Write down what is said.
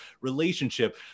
relationship